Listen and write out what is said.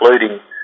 including